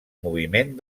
moviment